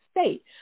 state